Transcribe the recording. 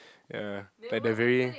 ya like they are very